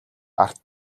гарт